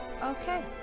Okay